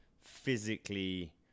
physically